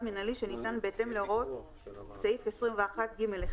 מינהלי שניתן בהתאם להוראות סעיף 21ג1."